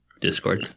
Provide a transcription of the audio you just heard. Discord